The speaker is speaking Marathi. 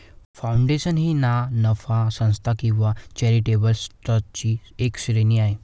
फाउंडेशन ही ना नफा संस्था किंवा चॅरिटेबल ट्रस्टची एक श्रेणी आहे